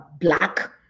black